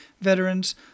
veterans